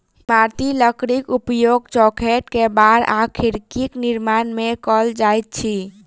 इमारती लकड़ीक उपयोग चौखैट, केबाड़ आ खिड़कीक निर्माण मे कयल जाइत अछि